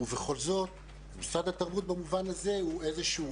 ובכל זאת משרד התרבות במובן הזה הוא איזשהו